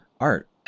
art